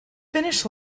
finish